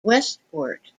westport